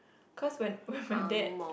cause when when my dad